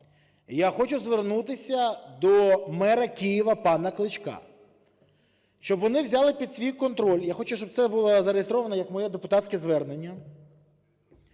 я хочу звернутися до мера Києва пана Кличка, щоб вони взяли під свій контроль. Я хочу, щоб це було зареєстровано як моє депутатське звернення